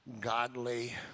godly